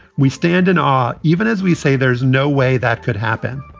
we stand and um even as we say, there is no way that could happen.